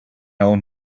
old